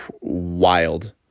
wild